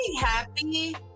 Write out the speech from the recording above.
happy